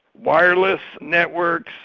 wireless networks,